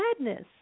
madness